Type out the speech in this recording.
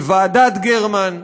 של ועדת גרמן,